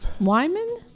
Wyman